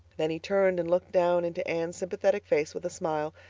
then he turned and looked down into anne's sympathetic face with a smile,